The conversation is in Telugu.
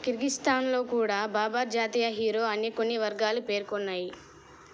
కిర్గిస్థాన్లో కూడా బాబర్ జాతీయ హీరో అని కొన్ని వర్గాలు పేర్కొన్నాయి